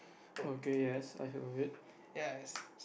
okay yes I've heard of it